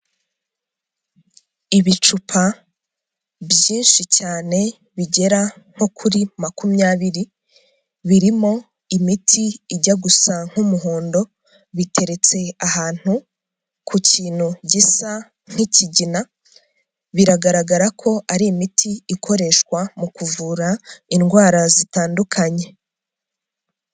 Ibicupa byinshi cyane bigera nko kuri makumyabiri, birimo imiti ijya gusa nk'umuhondo, biteretse ahantu ku kintu gisa nk'ikigina, biragaragara ko ari imiti ikoreshwa mu kuvura indwara zitandukanye.